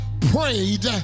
prayed